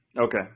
Okay